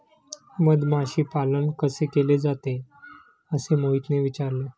मधमाशी पालन कसे केले जाते? असे मोहितने विचारले